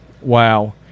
Wow